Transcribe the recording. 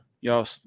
y'all